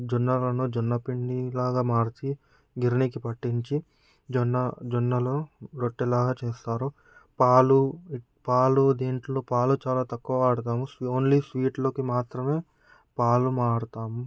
జొన్నలను జొన్న పిండి లాగ మార్చి గిర్నీకి పట్టించి జొన్న జొన్నలు రొట్టెలాగా చేస్తారు పాలు పాలు దేంట్లో పాలు చాలా తక్కువ వాడుతాము ఓన్లీ స్వీట్ లోకి మాత్రమే పాలు వాడుతాము